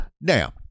Now